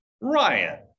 Ryan